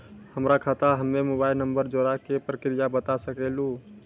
हमर खाता हम्मे मोबाइल नंबर जोड़े के प्रक्रिया बता सकें लू?